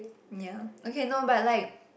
ya okay no but like